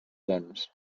dones